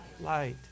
Light